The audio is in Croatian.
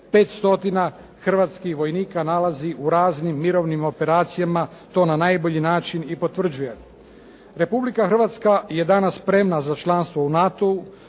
hrvatskih vojnika nalazi u raznim mirovnim operacijama, to na najbolji način i potvrđuje. Republika Hrvatska je danas spremna za članstvo u NATO-u